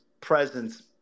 presence